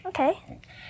Okay